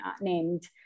named